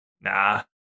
Nah